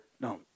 No